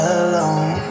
alone